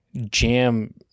jam